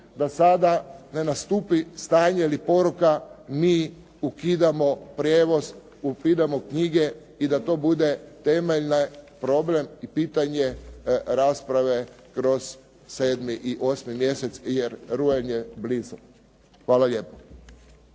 da sada ne nastupi stanje ili poruka mi ukidamo prijevoz, ukidamo knjige i da to bude temeljan problem i pitanje rasprave kroz 7. i 8. mjesec, jer rujan je blizu. Hvala lijepo.